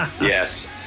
Yes